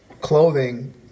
clothing